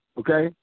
okay